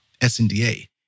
SNDA